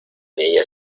niña